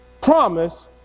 promise